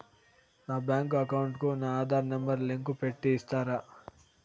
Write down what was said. నా bank account కు నా ఆధార్ నెంబర్ లింకు పెట్టి ఇస్తారా?